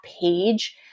page